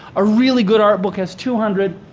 a really good art book has two hundred.